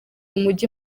umujyi